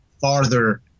farther